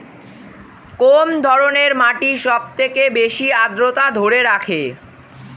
কোন ধরনের মাটি সবথেকে বেশি আদ্রতা ধরে রাখে?